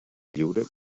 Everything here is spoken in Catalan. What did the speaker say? lliure